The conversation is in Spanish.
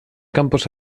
campos